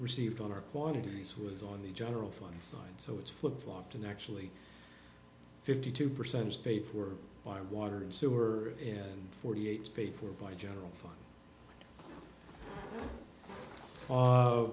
received on our quantities was on the general fund side so it's flip flopped and actually fifty two percent paid for by water and sewer and forty eight paid for by general fun